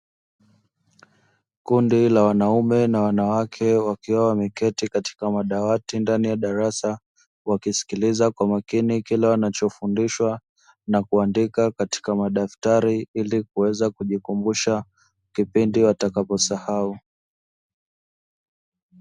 Kundi la wanaume na wanawake, wakiwa wameketi katika madawati ndani ya darasa. Wakisikiliza kwa makini kila wanachofundishwa na kuandika katika madaftari ili kuweza kujikumbusha kipindi watakaposahau.